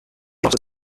would